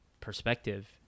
perspective